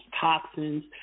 toxins